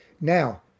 Now